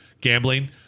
gambling